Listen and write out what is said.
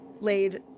laid